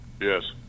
yes